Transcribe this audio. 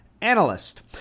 Analyst